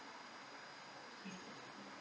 mm